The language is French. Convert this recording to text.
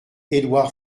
edouard